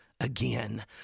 again